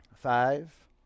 Five